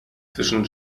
zwischen